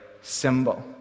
symbol